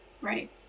Right